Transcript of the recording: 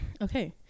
Okay